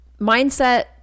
mindset